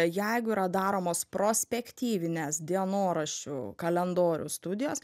jeigu yra daromos prospektyvinės dienoraščių kalendorių studijos